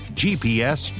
gps